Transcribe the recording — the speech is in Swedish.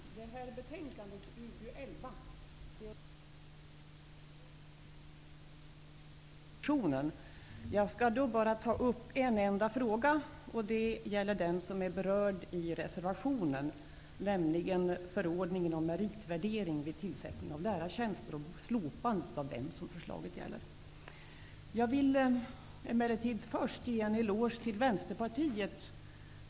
Herr talman! Detta betänkande, UbU11, innehåller litet smått och gott med anledning av budgetpropositionen. Jag skall dock bara ta upp en enda fråga, och det gäller det som berörs i reservationen, nämligen slopandet av förordningen om meritvärdering vid tillsättning av lärartjänster. Först vill jag emellertid ge en eloge till Vänsterpartiet.